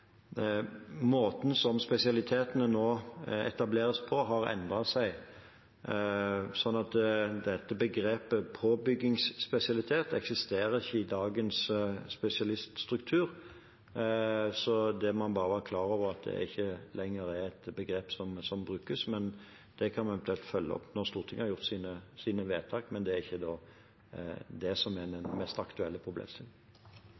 måten spesialitetene nå etableres på, har endret seg, så dette begrepet «påbyggingsspesialitet» eksisterer ikke i dagens spesialiststruktur. Det må man bare være klar over ikke lenger er et begrep som brukes, men det kan jeg følge opp når Stortinget har fattet sine vedtak. Men det er ikke det som er den